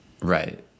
Right